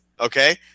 okay